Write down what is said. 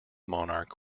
monarch